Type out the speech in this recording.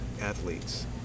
athletes